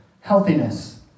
healthiness